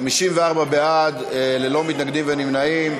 54 בעד, ללא מתנגדים ונמנעים.